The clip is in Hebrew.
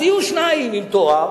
אז יהיו שניים עם תואר